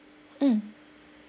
mm